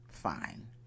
fine